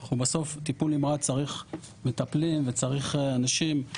בסוף טיפול נמרץ צריך מטפלים וצריך אנשים.